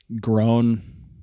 grown